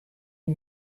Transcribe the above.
you